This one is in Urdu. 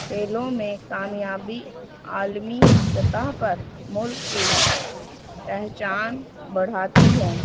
کھیلوں میں کامیابی عالمی سطح پر ملک کی پہچان بڑھاتی ہے